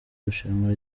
rushanwa